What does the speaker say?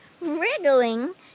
wriggling